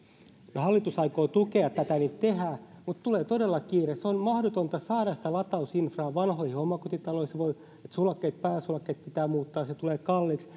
no hallitus aikoo tukea tätä joten tehdään mutta tulee todella kiire on mahdotonta saada sitä latausinfraa vanhoihin omakotitaloihin voi olla että pääsulakkeet pitää muuttaa mikä tulee kalliiksi